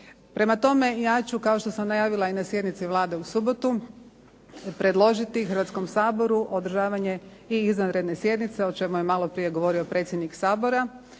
Prema tome, ja ću kao što sam najavila i na sjednici Vlade u subotu predložiti Hrvatskom saboru održavanje i izvanredne sjednice o čemu je malo prije govorio predsjednik Sabora.